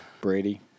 Brady